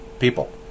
people